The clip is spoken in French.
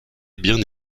byrne